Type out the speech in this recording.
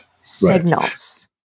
signals